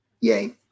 Yay